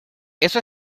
eso